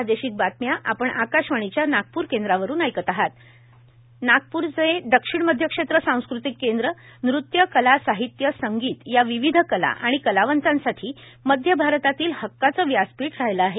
राज्यपाल नागपूरचे दक्षिण मध्य क्षेत्र सास्कृंतिक केंद्र नृत्य कला साहित्य संगीत या विविध कला आणि कलावंतासाठी मध्य भारतातील हक्काच व्यासपीठ राहील आहे